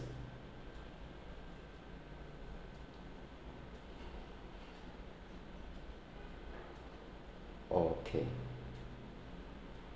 okay